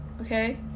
Okay